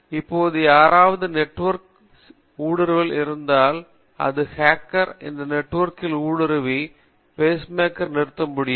இப்போது யாராவது இந்த நெட்வொர்க் கில் ஊடுருவி இருந்தால் ஒரு ஹேக்கர் இந்த நெட்வொர்க் கில் ஊடுருவி பேஸ்மேக்கரை நிறுத்த முடியும்